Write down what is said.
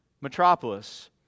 metropolis